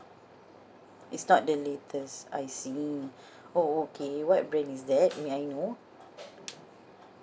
it's not the latest I see oh okay what brand is that may I know